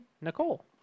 Nicole